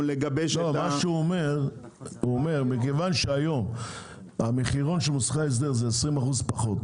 לגבש --- הוא טוען שמכיוון שהיום המחירון של מוסכי ההסדר הוא 20% פחות,